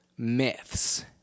myths